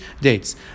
dates